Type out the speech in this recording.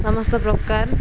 ସମସ୍ତ ପ୍ରକାର